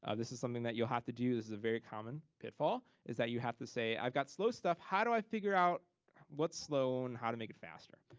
ah this is something that you'll have to do. this is a very common pitfall is that you have to say, i've got slow stuff, how do i figure out what's slow and how to make it faster.